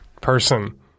person